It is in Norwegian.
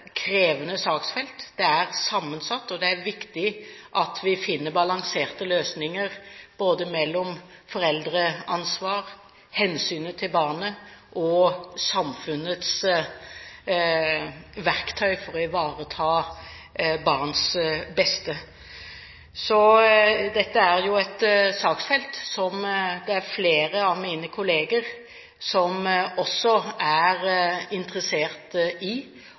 Det er sammensatt, og det er viktig at vi finner balanserte løsninger mellom både foreldreansvaret, hensynet til barnet og samfunnets verktøy for å ivareta barns beste. Dette er et saksfelt som flere av mine kollegaer også er interessert i,